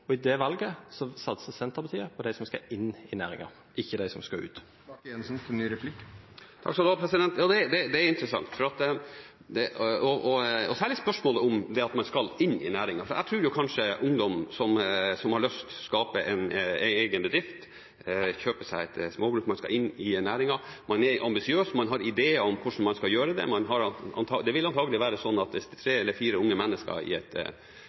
og i det valget satser Senterpartiet på dem som skal inn i næringen, ikke dem som skal ut. Det er interessant, særlig spørsmålet om det at man skal inn i næringen. Jeg tror kanskje når det gjelder ungdom som har lyst til å skape en egen bedrift, kjøpe seg et småbruk – man skal inn i næringen, man er ambisiøs, man har ideer om hvordan man skal gjøre det – så vil det antagelig være sånn at hvis tre eller fire unge mennesker i et